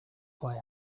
boy